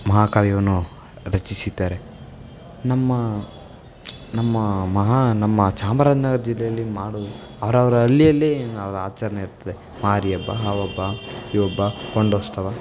ಮಹಾಕಾವ್ಯವನ್ನು ರಚಿಸಿದ್ದಾರೆ ನಮ್ಮ ನಮ್ಮ ಮಹಾ ನಮ್ಮ ಚಾಮರಾಜ್ನಗರ ಜಿಲ್ಲೆಯಲ್ಲಿ ಮಾಡು ಅವರವ್ರ ಹಳ್ಳಿಯಲ್ಲಿ ಆಚರ್ಣೆ ಇರ್ತದೆ ಮಾರಿ ಹಬ್ಬ ಆ ಹಬ್ಬ ಈ ಹಬ್ಬ ಕೊಂಡೋತ್ಸವ